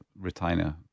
retainer